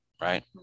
right